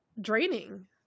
draining